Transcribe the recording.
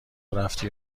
رفتی